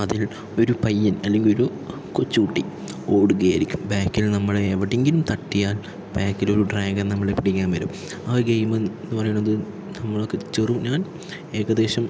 അതിൽ ഒരു പയ്യൻ അല്ലങ്കിൽ ഒരു കൊച്ചു കുട്ടി ഓടുകയായിരിക്കും ബേക്കിൽ നമ്മൾ എവിടെയെങ്കിലും തട്ടിയാൽ ബാക്കിൽ ഒരു ഡ്രാഗൺ നമ്മളെ പിടിക്കാൻ വരും ആ ഗെയിമെന്ന് പറയണത് നമ്മളൊക്കെ ചെറു ഞാൻ ഏകദേശം